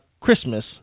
Christmas